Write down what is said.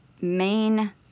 main